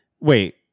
Wait